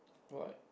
what